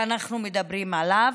שאנחנו מדברים עליו,